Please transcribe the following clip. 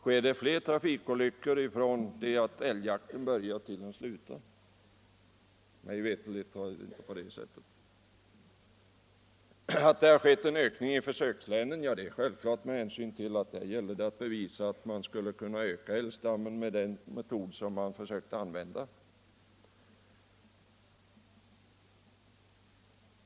Sker det fler trafikolyckor där älgar är inblandade från det jakttiden börjar till den slutar? Mig veterligt är det inte så. Att det har blivit en ökning av sådana trafikolyckor i försökslänen är självklart med hänsyn till att det där har gällt att försöka bevisa att älgstammen kunde ökas med den metod man använde.